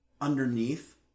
underneath